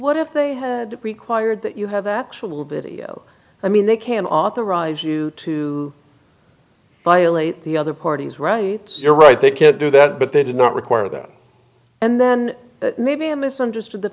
hat if they required that you have actual video i mean they can authorize you to violate the other party's right you're right they can't do that but they did not require that and then maybe i misunderstood the